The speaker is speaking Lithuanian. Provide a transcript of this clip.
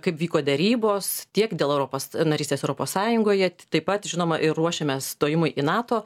kaip vyko derybos tiek dėl europos narystės europos sąjungoje taip pat žinoma ir ruošėmės stojimui į nato